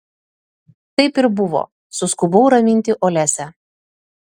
taip ir buvo suskubau raminti olesią